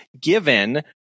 given